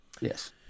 yes